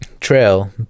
trail